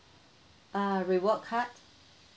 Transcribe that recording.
err reward card